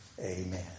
Amen